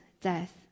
death